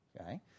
okay